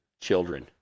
children